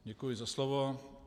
Děkuji za slovo.